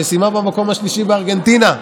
שסיימה במקום השלישי בארגנטינה.